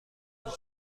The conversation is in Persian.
وجود